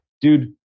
dude